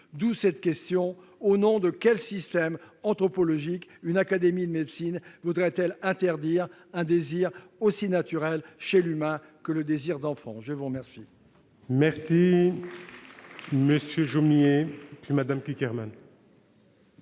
D'où cette question : au nom de quel système anthropologique une académie de médecine voudrait-elle interdire un désir aussi naturel chez l'humain que le désir d'enfant ?» La parole